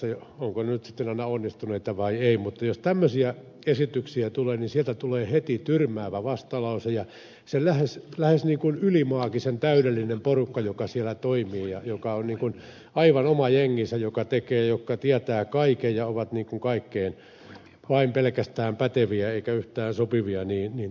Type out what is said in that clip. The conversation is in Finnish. ovatkohan ne lait nyt sitten aina onnistuneita vai eivät mutta jos tämmöisiä esityksiä tulee niin sieltä tulee heti tyrmäävä vastalause ja se on lähes ylimaagisen täydellinen porukka joka siellä toimii joka on aivan oma jenginsä joka tekee ja tietää kaiken ja joka on kaikkeen vain pelkästään pätevä eikä yhtään sopiva